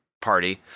party